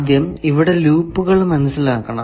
ആദ്യം ഇവിടെ ലൂപ്പുകൾ മനസ്സിലാക്കണം